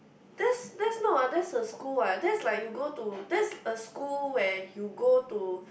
that's that's no ah that's a school ah that's like you go to that's a school where you go to